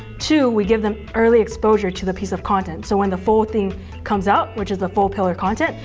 two, we give them early exposure to the piece of content so when the full thing comes out, which is the full pillar content,